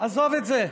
עזוב את זה.